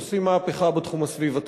עושים מהפכה בתחום הסביבתי.